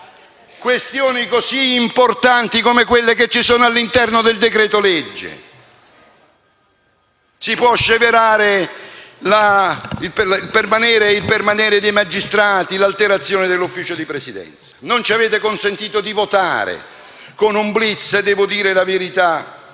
questioni così importanti come quelle contenute all'interno del decreto-legge? Si può sceverare il permanere dei magistrati, l'alterazione del consiglio di presidenza? Non ci avete consentito di votare, con un *blitz* - devo dire la verità